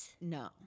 no